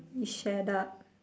you shut up